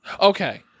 Okay